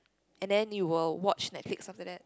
and then you will watch Netflix after that